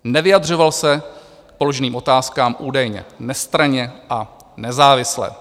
Nevyjadřoval se k položeným otázkám údajně nestranně a nezávisle.